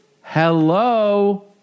Hello